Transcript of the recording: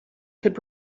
could